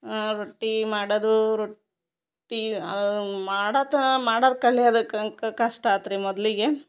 ಆ ರೊಟ್ಟಿ ಮಾಡದೂ ರೊಟ್ಟಿ ಮಾಡತಾ ಮಾಡದು ಕಲಿಯದಕಂಕ ಕಷ್ಟ ಆತ್ರಿ ಮೊದಲಿಗೆ